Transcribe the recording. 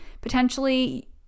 potentially